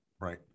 right